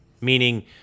Meaning